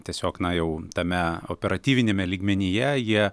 tiesiog na jau tame operatyviniame lygmenyje jie